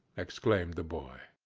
exclaimed the boy.